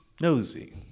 nosy